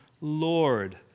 Lord